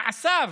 שמעשיו,